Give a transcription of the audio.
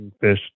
fish